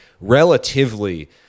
relatively